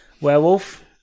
Werewolf